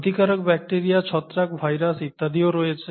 ক্ষতিকারক ব্যাকটিরিয়া ছত্রাক ভাইরাস ইত্যাদিও রয়েছে